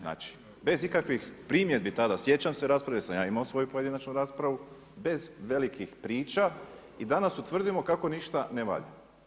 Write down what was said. Znači, bez ikakvih primjedbi tada, sjećam se, raspravu sam ja imao svoju pojedinačnu, bez velikih priča, i danas utvrdimo kako ništa ne valja.